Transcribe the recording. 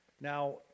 Now